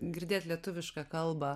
girdėt lietuvišką kalbą